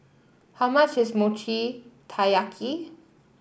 how much is Mochi Taiyaki